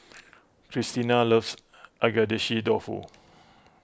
Christina loves Agedashi Dofu